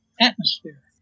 atmosphere